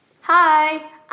Hi